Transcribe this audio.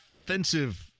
offensive